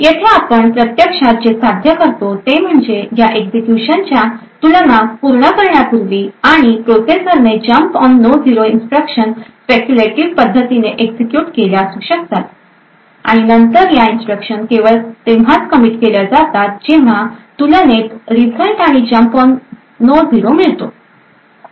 येथे आपण प्रत्यक्षात जे साध्य करतो ते म्हणजे या एक्झिक्युशनच्या तुलना पूर्ण करण्यापूर्वी आणि प्रोसेसर ने jump on no zero instruction speculative पद्धतीने एक्झिक्युट केल्या असू शकतात आणि नंतर या इन्स्ट्रक्शन केवळ तेव्हाच कमिट केल्या जातात जेव्हा तुलनेत रिझल्ट आणि जम्प ऑन नो झिरो मिळतो